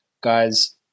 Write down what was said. Guys